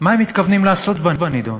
מה הם מתכוונים לעשות בנדון,